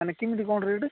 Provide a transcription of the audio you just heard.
ମାନେ କିମିତି କ'ଣ ରେଟ୍